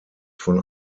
von